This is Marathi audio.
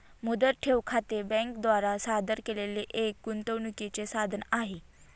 मुदत ठेव खाते बँके द्वारा सादर केलेले एक गुंतवणूकीचे साधन आहे